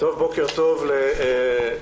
בוקר טוב לכולם,